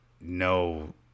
no